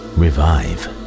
revive